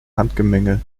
handgemenge